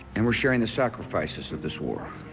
and we're sharing the sacrifices of this war.